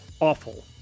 awful